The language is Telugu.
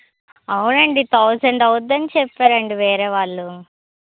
అవునండి థౌసండ్ అవ్వుదని చెప్పారండి వేరే వాళ్ళు